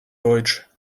deutsch